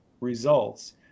results